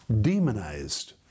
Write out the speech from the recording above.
demonized